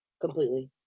completely